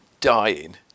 dying